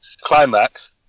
climax